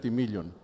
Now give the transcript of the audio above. million